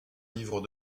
livre